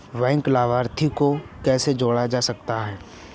Bank लाभार्थी को कैसे जोड़ा जा सकता है?